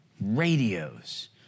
Radios